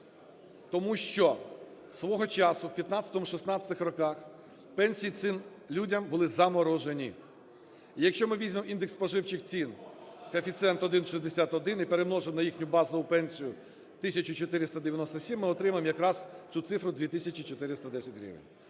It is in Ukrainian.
тому що свого часу в 15-16 роках пенсії цим людям були заморожені. Якщо ми візьмемо індекс споживчих цін, коефіцієнт 1,61 і перемножимо на їхню базову пенсію 1 тисячу 497, ми отримаємо якраз цю цифру 2 тисячі 410 гривень.